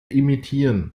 imitieren